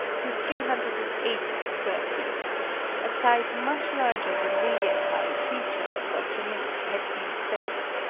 to three hundred and eight square feet a size much larger than lilienthal, pilcher, or chanute had deemed safe.